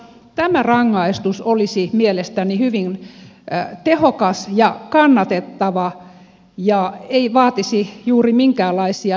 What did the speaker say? tämä rangaistus olisi mielestäni hyvin tehokas ja kannatettava ja ei vaatisi juuri minkäänlaisia lisäkustannuksia